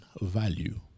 value